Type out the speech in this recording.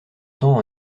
temps